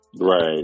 Right